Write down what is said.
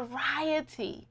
variety